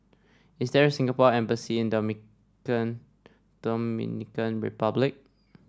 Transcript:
is there a Singapore Embassy in Dominican Republic